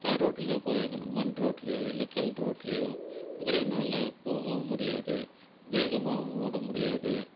தார் ரோட்டில் தான் போயாகணும் மண் ரோட்லையோ இல்லை கல் ரோட்லையோ குதிரையினால் போகவும் முடியாது வேகமாகவும் ஓட முடியாது